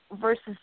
versus